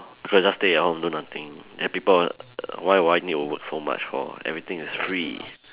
so just stay at home and do nothing then people why would I need to work so much for everything is free